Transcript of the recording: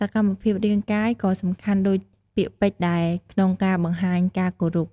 សកម្មភាពរាងកាយក៏សំខាន់ដូចពាក្យពេចន៍ដែរក្នុងការបង្ហាញការគោរព។